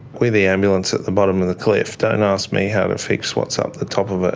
we're the ambulance at the bottom of the cliff, don't and ask me how to fix what's up the top of it.